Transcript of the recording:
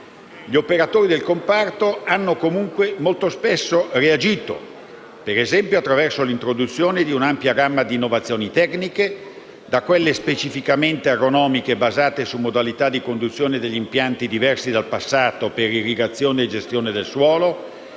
Gli operatori del comparto hanno comunque molto spesso reagito, ad esempio attraverso l'introduzione di un'ampia gamma di innovazioni tecniche, da quelle specificatamente agronomiche, basate su modalità di conduzione degli impianti diverse dal passato per irrigazione e gestione del suolo,